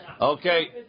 Okay